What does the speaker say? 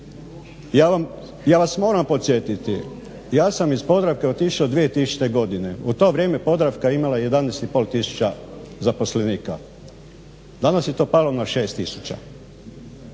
Ja vas moram podsjetiti, ja sam iz Podravke otišao 2000.godine u to vrijeme Podravka je imala 11,5 tisuća zaposlenika. Danas je to palo na 6 tisuća.